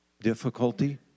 difficulty